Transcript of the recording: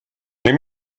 les